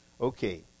Okay